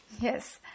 Yes